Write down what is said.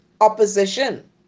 opposition